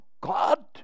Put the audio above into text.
God